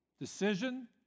decision